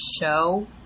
show